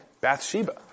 Bathsheba